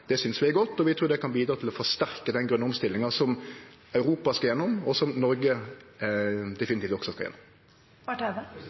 synest vi er godt, og vi trur det kan bidra til å forsterke den grøne omstillinga som Europa skal gjennom, og som Noreg